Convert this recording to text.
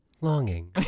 longing